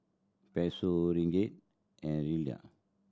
Peso Ringgit and